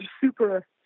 super